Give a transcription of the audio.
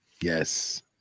Yes